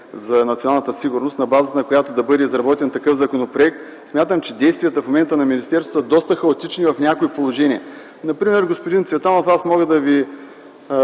за националната сигурност, на базата на която да бъде изработен такъв законопроект. Смятам, че действията на министерството в момента са доста хаотични в няколко предложения. Например, господин Цветанов, аз мога да Ви